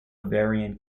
ovarian